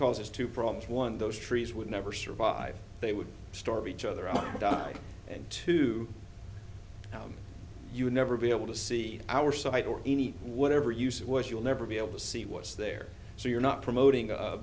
causes two problems one those trees would never survive they would starve each other out and two you would never be able to see our site or any whatever use it was you'll never be able to see what's there so you're not promoting a